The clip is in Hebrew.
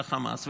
של חמאס.